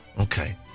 Okay